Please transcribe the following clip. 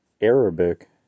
Arabic